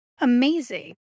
Amazing